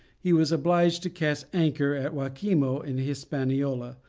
he was obliged to cast anchor at yaquimo, in hispaniola,